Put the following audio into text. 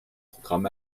programm